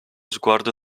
sguardo